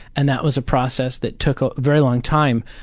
and that was a process that took a very long time.